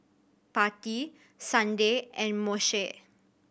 Patti Sunday and Moshe